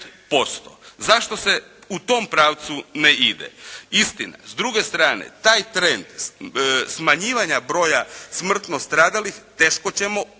5%. Zašto se u tom pravcu ne ide? Istina s druge strane taj trend smanjivanja broja smrtno stradalih teško ćemo postići.